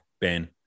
Ben